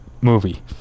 movie